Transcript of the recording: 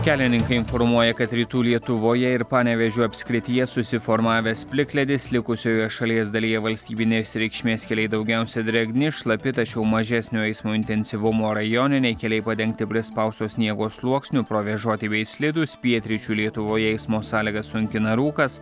kelininkai informuoja kad rytų lietuvoje ir panevėžio apskrityje susiformavęs plikledis likusioje šalies dalyje valstybinės reikšmės keliai daugiausia drėgni šlapi tačiau mažesnio eismo intensyvumo rajoniniai keliai padengti prispausto sniego sluoksniu provėžuoti bei slidūs pietryčių lietuvoje eismo sąlygas sunkina rūkas